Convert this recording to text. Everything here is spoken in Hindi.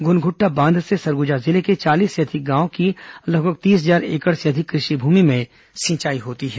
घुनघुट्टा बांध से सरगुजा जिले के चालीस से अधिक गांव की लगभग तीस हजार एकड़ से अधिक कृषि भूमि में सिंचाई होती है